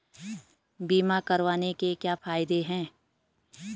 बीमा करवाने के क्या फायदे हैं?